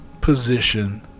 position